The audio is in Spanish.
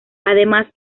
además